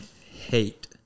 hate